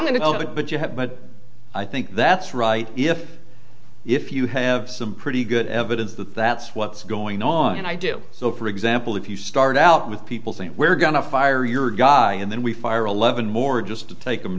going to go at it but you have but i think that's right if if you have some pretty good evidence that that's what's going on and i do so for example if you start out with people saying we're going to fire your guy and then we fire a levon more just to take